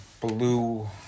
blue